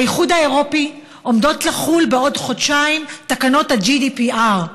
באיחוד האירופי עומדות לחול בעוד חודשיים תקנות ה-GDPR,